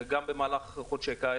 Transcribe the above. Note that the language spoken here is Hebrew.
גם במהלך חודשי הקיץ,